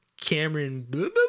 Cameron